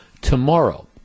tomorrow